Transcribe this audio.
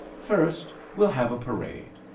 first, we'll have a parade.